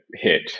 hit